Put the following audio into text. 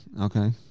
Okay